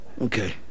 Okay